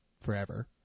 forever